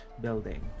building